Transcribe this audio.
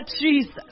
Jesus